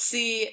See